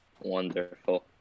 Wonderful